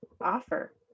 offer